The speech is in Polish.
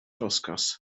rozkaz